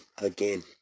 again